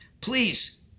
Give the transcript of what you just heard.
Please